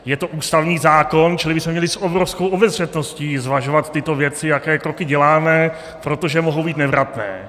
Je to ústavní zákon, čili bychom měli s obrovskou obezřetností zvažovat tyto věci, jaké kroky děláme, protože mohou být nevratné.